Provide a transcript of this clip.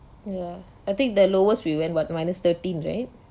ya I think the lowest we went what minus thirteen right